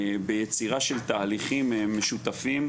ביצירה של תהליכים משותפים,